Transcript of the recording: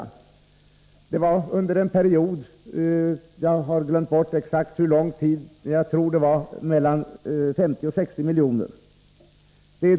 Jag har glömt exakt hur lång den period var under vilken detta skedde, men jag tror det var mellan 50 och 60 miljoner år.